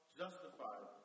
justified